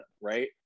Right